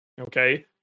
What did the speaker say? Okay